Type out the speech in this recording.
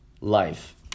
life